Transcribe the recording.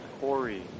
Corey